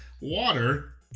water